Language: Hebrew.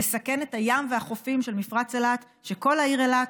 לסכן את הים והחופים של מפרץ אילת שכל העיר אילת,